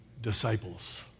disciples